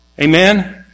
Amen